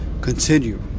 continue